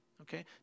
okay